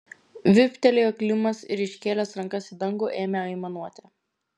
vyptelėjo klimas ir iškėlęs rankas į dangų ėmė aimanuoti